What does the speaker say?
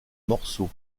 morceaux